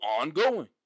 ongoing